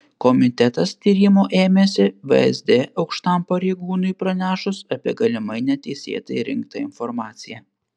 komitetas tyrimo ėmėsi vsd aukštam pareigūnui pranešus apie galimai neteisėtai rinktą informaciją